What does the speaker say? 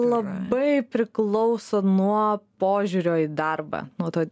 labai priklauso nuo požiūrio į darbą nuo to